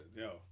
yo